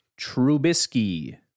Trubisky